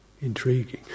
intriguing